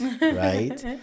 right